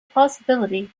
possibility